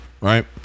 Right